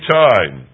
time